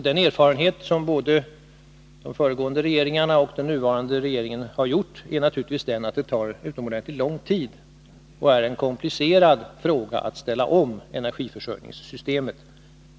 Den erfarenhet som både de föregående regeringarna och den nuvarande regeringen har gjort är naturligtvis den att det tar utomordentligt lång tid och är en komplicerad fråga att ställa om energiförsörjningssystemet.